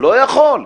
לא יכול?